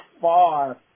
far